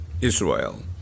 Israel